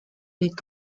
les